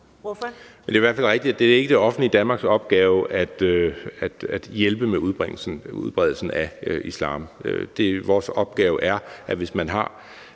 (V): Det er i hvert fald rigtigt, at det ikke er det offentlige Danmarks opgave at hjælpe med udbredelsen af islam. Vores opgave er, at hvis man har